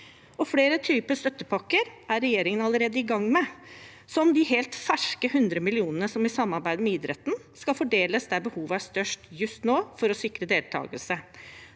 Flere typer støttepakker er regjeringen allerede i gang med, som de helt ferske 100 millionene som i samarbeid med idretten skal fordeles der behovet er størst just nå, for å sikre deltakelse,